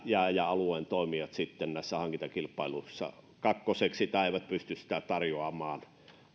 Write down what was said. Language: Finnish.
ja ja alueen toimijat järjestään jäävät sitten näissä hankintakilpailuissa kakkoseksi tai eivät pysty tarjoamaan